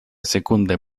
secunde